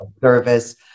service